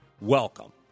Welcome